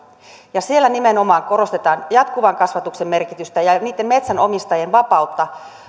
ja siellä nimenomaan korostetaan jatkuvan kasvatuksen merkitystä ja niitten metsänomistajien vapautta